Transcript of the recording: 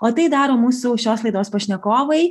o tai daro mūsų šios laidos pašnekovai